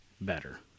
better